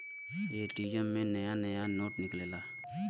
ATM से नया नया नोट निकलेला